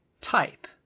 type